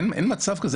לא יקרה.